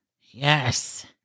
Yes